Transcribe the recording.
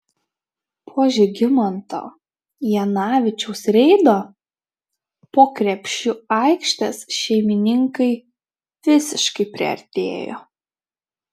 po žygimanto janavičiaus reido po krepšiu aikštės šeimininkai visiškai priartėjo